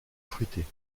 fruités